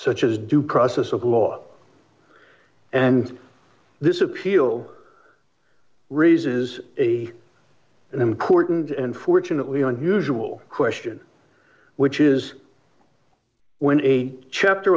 such as due process of law and this appeal raises a an important and fortunately unusual question which is when a chapter